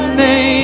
name